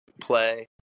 play